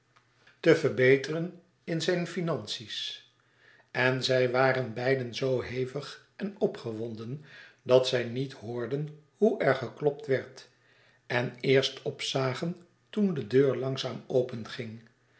te verbeteren in zijn finanties en zij waren beiden zoo hevig en opgewonden dat zij niet hoorden hoe er geklopt werd en eerst opzagen toen de deur langzaam